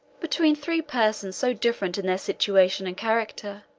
between three persons so different in their situation and character,